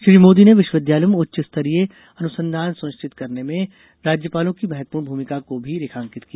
श्री मोदी ने विश्वाविद्यालयों में उच्च स्तरीय अनुसंधान सुनिश्चित करने में राज्पालों की महत्वपूर्ण भूमिका को भी रेखांकित किया